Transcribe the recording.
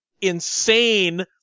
insane